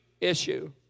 issue